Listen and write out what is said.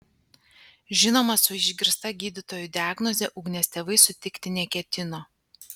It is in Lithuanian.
žinoma su išgirsta gydytojų diagnoze ugnės tėvai sutikti neketino